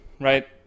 right